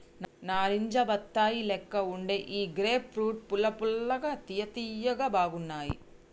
నారింజ బత్తాయి లెక్క వుండే ఈ గ్రేప్ ఫ్రూట్స్ పుల్ల పుల్లగా తియ్య తియ్యగా బాగున్నాయ్